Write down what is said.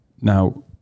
now